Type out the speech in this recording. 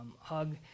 hug